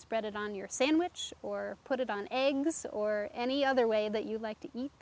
spread it on your sandwich or put it on or any other way that you like to